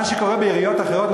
מה שקורה בעיריות אחרות,